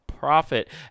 Profit